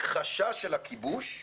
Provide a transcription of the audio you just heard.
הכחשה של הכיבוש,